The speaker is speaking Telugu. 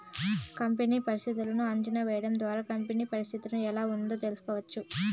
కంపెనీ పరిస్థితులను అంచనా వేయడం ద్వారా కంపెనీ పరిస్థితి ఎలా ఉందో తెలుసుకోవచ్చు